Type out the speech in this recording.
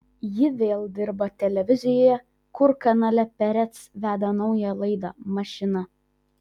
ji vėl dirba televizijoje kur kanale perec veda naują laidą mašina